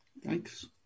Thanks